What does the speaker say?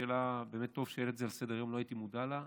טוב שהעלית את זה לסדר-היום, לא הייתי מודע לזה.